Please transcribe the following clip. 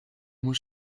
muss